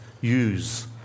use